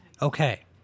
Okay